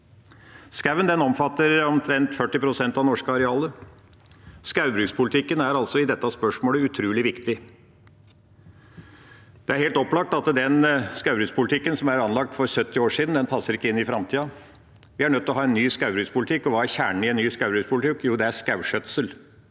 Skauen omfatter omtrent 40 pst. av det norske arealet. Skaubrukspolitikken er altså i dette spørsmålet utrolig viktig. Det er helt opplagt at den skaubrukspolitikken som ble anlagt for 70 år siden, ikke passer inn i framtida. Vi er nødt til å ha en ny skaubrukspolitikk. Og hva er kjernen i en ny skaubrukspolitikk? Jo, det er skauskjøtsel,